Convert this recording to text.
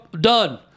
done